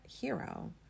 hero